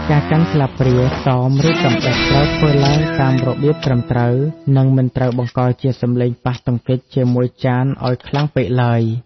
ការកាន់ស្លាបព្រា សម ឬកាំបិត ត្រូវធ្វើឡើងតាមរបៀបត្រឹមត្រូវ និងមិនត្រូវបង្កជាសំឡេងប៉ះទង្គិចជាមួយចានឱ្យខ្លាំងពេកឡើយ។